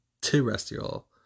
terrestrial